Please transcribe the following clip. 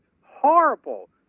horrible